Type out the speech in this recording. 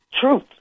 truth